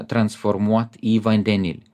transformuot į vandenilį